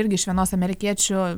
irgi iš vienos amerikiečių